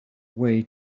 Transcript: way